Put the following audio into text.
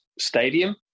stadium